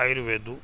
Ayurveda